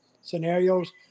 scenarios